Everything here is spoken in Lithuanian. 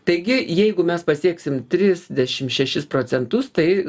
taigi jeigu mes pasieksim trisdešim šešis procentus tai